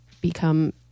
become